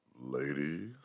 ladies